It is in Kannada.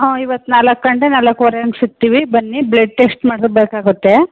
ಹ್ಞೂ ಇವತ್ತು ನಾಲ್ಕು ಗಂಟೆ ನಾಲ್ಕುವರೆ ಹಂಗ್ ಸಿಕ್ತೀವಿ ಬನ್ನಿ ಬ್ಲೆಡ್ ಟೆಶ್ಟ್ ಮಾಡಿಸ್ಬೇಕಾಗುತ್ತೆ